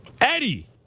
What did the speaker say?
Eddie